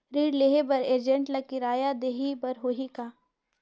ऋण देहे बर एजेंट ला किराया देही बर होही का?